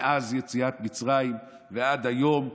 מאז יציאת מצרים ועד היום,